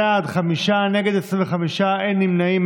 בעד, חמישה, נגד, 25, אין נמנעים.